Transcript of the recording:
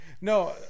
No